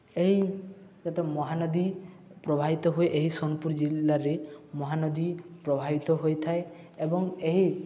ଏହି ଯେତେ ମହାନଦୀ ପ୍ରବାହିିତ ହୁଏ ଏହି ସୋନପୁର ଜିଲ୍ଲାରେ ମହାନଦୀ ପ୍ରବାହିିତ ହୋଇଥାଏ ଏବଂ ଏହି